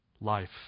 life